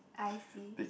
I see